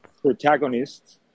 protagonists